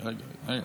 הלוי,